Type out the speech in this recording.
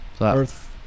Earth